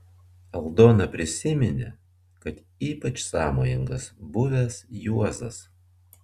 aldona prisiminė kad ypač sąmojingas buvęs juozas